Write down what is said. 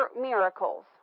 miracles